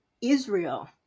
Israel